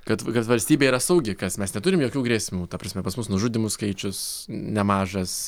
kad kad valstybė yra saugi kas mes neturim jokių grėsmių ta prasme pas mus nužudymų skaičius nemažas